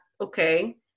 okay